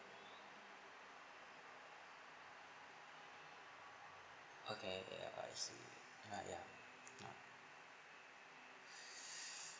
okay okay oh I see alright ya